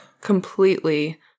Completely